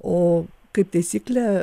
o kaip taisyklė